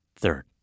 third